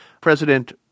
President